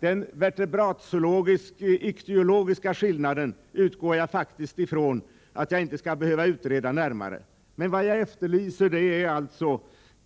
Den vertebratzoologisk-ichtyologiska skillnaden utgår jag faktiskt ifrån att jag inte skall behöva utreda närmare. Vad jag efterlyser är alltså,